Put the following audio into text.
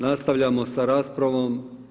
Nastavljamo sa raspravom.